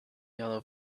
yellow